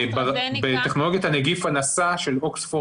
בטכנולוגיות הנגיף הנשא של אוקספורד